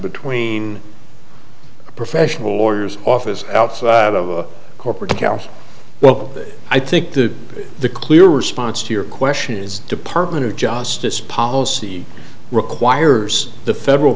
between professional lawyers office outside of corporate accounting well i think the the clear response to your question is department of justice policy requires the federal